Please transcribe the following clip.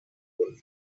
und